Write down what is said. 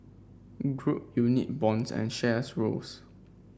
group unit bonds and shares rose